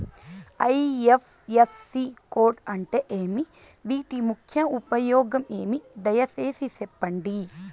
IFSC code అంటే ఏమి? వీటి ముఖ్య ఉపయోగం ఏమి? దయసేసి సెప్పండి?